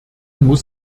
muss